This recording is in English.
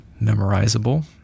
memorizable